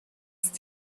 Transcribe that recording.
است